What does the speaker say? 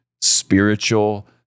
spiritual